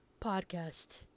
Podcast